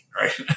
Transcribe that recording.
right